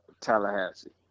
tallahassee